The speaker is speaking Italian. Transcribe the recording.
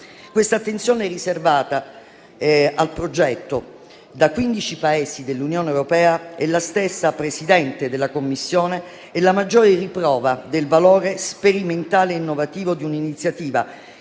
L'attenzione riservata al progetto da 15 Paesi dell'Unione europea e dalla stessa Presidente della Commissione è la maggiore riprova del valore sperimentale e innovativo di un'iniziativa